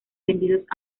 vendidos